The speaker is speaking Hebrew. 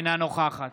אינה נוכחת